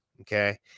okay